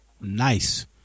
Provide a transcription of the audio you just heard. Nice